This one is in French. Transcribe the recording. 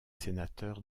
sénateur